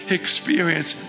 experience